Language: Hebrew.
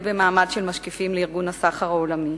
במעמד של משקיפים לארגון הסחר העולמי,